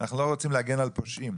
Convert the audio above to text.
אנחנו לא רוצים להגן על פושעים.